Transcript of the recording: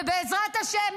ובעזרת השם,